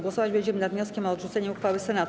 Głosować będziemy nad wnioskiem o odrzucenie uchwały Senatu.